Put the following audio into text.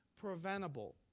preventable